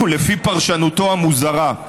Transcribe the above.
לפי פרשנותו המוזרה,